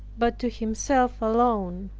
but to himself alone.